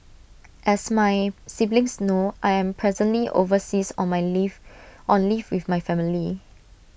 as my siblings know I am presently overseas on my leave on leave with my family